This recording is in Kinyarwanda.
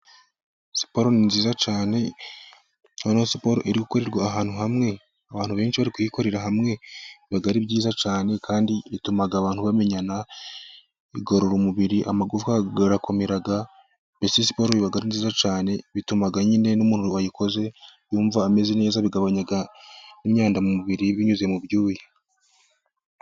Siporo ni nziza cyane, nka siporo iri gukorerwa ahantu hamwe, abantu benshi bari kuyikorera hamwe, biba ari byiza cyane, kandi ituma abantu bamenyana, igorora umubiri amagufa agakomera, mbese siporo iba ari nziza cyane, ituma nyine n'umuntu wayikoze yumva ameze neza, igabanya n'imyanda mu mubiri binyuze mu byuya.